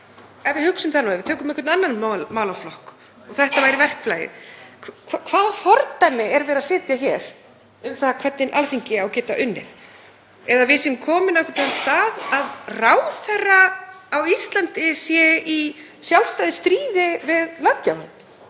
Ef við hugsum það nú aðeins og tökum einhvern annan málaflokk og þetta væri verklagið; hvaða fordæmi er verið að setja hér um það hvernig Alþingi á að geta unnið? Eða erum við komin á einhvern annan stað, að ráðherra á Íslandi sé í sjálfstæðu stríði við löggjafann,